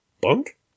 Bunk